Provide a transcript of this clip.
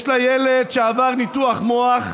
יש לה ילד שעבר ניתוח מוח,